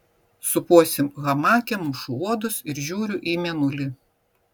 supuosi hamake mušu uodus ir žiūriu į mėnulį